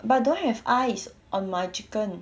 but don't have ice on my chicken